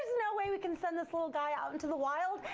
no way we can send this little guy out into the wild.